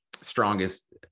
strongest